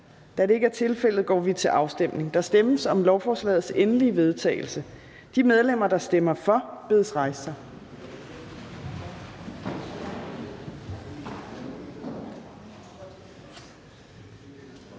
Fjerde næstformand (Trine Torp): Der stemmes om lovforslagets endelige vedtagelse. De medlemmer, der stemmer for, bedes rejse sig.